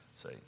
Say